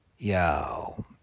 Yo